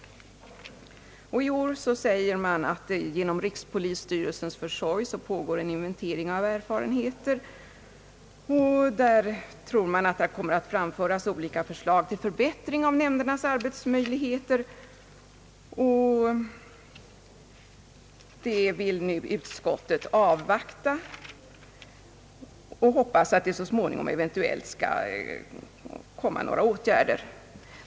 I år skriver utskottet att det genom rikspolisstyrelsens försorg pågår en inventering av erfarenheter, och man tror att det kommer att framföras olika förslag till förbättring av nämndernas arbetsmöjligheter. Utskottet vill nu avvakta och hoppas att det så småningom skall vidtagas några åtgärder.